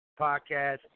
podcast